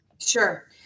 Sure